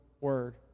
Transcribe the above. Word